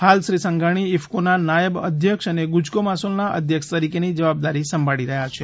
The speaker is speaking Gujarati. હાલ શ્રી સંઘાણી ઈફકો ના નાયબ અધ્યક્ષ અને ગુજકોમાસોલ ના અધ્યક્ષ તરીકે ની જવાબદારી સાંભળી રહ્યા છે